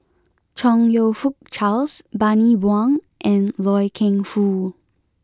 Chong you Fook Charles Bani Buang and Loy Keng Foo